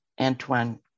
Antoine